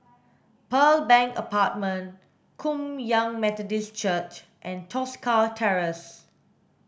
Pearl Bank Apartment Kum Yan Methodist Church and Tosca Terrace